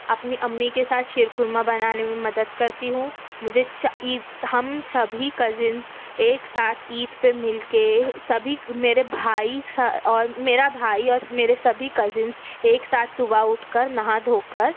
اپنی امی کے ساتھ شیرقورما بنانے میں مدد کرتی ہوں مجھے عید ہم سبھی کزنز ایک ساتھ عید پہ مِل کے سبھی میرے بھائی سا اور میرا بھائی اور میرے سبھی کزنز ایک ساتھ صبح اٹھ کر نہا دھو کر